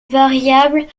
variable